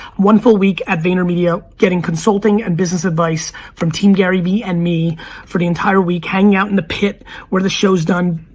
one full week and vaynermedia, getting consulting and business advice from team gary vee and me for the entire week. hanging out in the pit where the show's done.